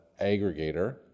aggregator